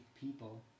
people